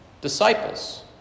disciples